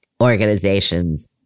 organizations